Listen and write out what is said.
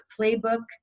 playbook